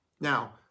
Now